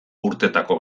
urtetako